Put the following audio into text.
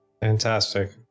Fantastic